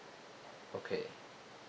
okay